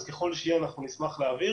אז ככל שיהיה נשמח להעביר